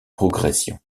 progression